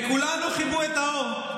לכולנו כיבו את האור.